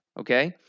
Okay